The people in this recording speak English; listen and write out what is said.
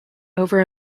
over